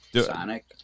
Sonic